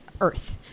earth